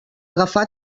agafar